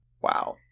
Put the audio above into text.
wow